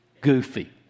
goofy